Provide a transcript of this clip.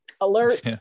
alert